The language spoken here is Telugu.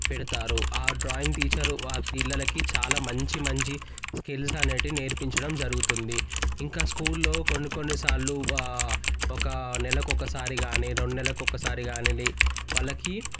పెడతారు ఆ డ్రాయింగ్ టీచర్ పిల్లలకి చాలా మంచి మంచి స్కిల్స్ అనేటివి నేర్పించడం జరుగుతుంది ఇంకా స్కూల్లో కొన్ని కొన్ని సార్లు ఒక నెలకొకసారి గానీ రెండు నెలలకొకసారి గానీ వాళ్ళకి